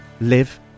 live